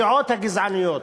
הדעות הגזעניות,